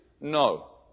No